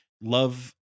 love